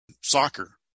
soccer